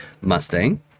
Mustang